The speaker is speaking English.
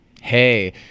Hey